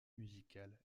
musical